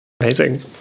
Amazing